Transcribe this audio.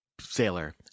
Sailor